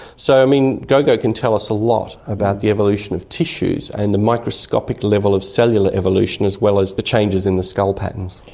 so gogo can tell us a lot about the evolution of tissues and the microscopic level of cellular evolution as well as the changes in the skull patterns.